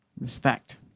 respect